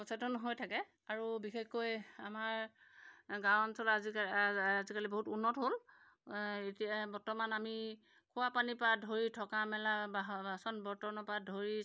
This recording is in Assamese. সচেতন হৈ থাকে আৰু বিশেষকৈ আমাৰ গাঁও অঞ্চলত আজিকালি বহুত উন্নত হ'ল এতিয়া বৰ্তমান আমি খোৱাপানীৰপৰা ধৰি থকা মেলা বাচন বৰ্তনৰ পৰা ধৰি